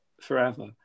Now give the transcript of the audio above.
forever